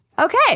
Okay